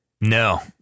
No